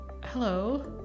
hello